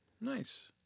Nice